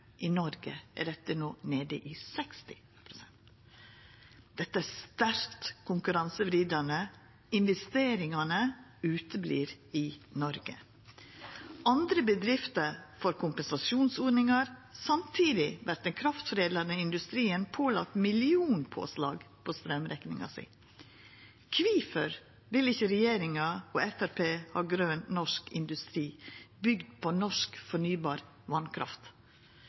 I Noreg er dette nå nede i 60 pst. Dette er svært konkurransevridande. Investeringane uteblir i Noreg. Andre bedrifter får kompensasjonsordningar. Samtidig vert den kraftforedlande industrien pålagt millionpåslag på straumrekninga si. Kvifor vil ikkje regjeringa og Framstegspartiet ha grøn norsk industri, bygd på norsk fornybar